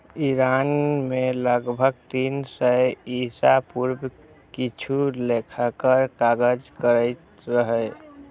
Iran मे लगभग तीन सय ईसा पूर्व किछु लेखाकार काज करैत रहै